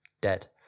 dead